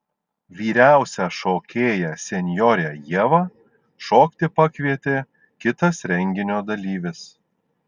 vyriausią šokėją senjorę ievą šokti pakvietė kitas renginio dalyvis